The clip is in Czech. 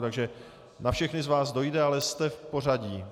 Takže na všechny z vás dojde, ale jste v pořadí.